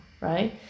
right